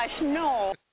no